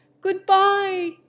goodbye